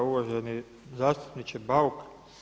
Uvaženi zastupniče Bauk.